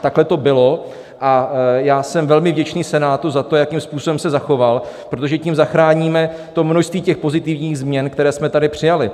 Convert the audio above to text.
Takhle to bylo a já jsem velmi vděčný Senátu za to, jakým způsobem se zachoval, protože tím zachráníme množství pozitivních změn, které jsme tady přijali.